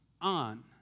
on